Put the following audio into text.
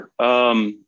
Sure